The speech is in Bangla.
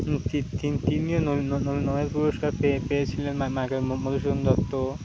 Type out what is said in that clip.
তিন তিনিও নোবেল পুরস্কার পেয়ে পেয়েছিলেন মাইকেল মধুসুদন দত্ত